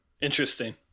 Interesting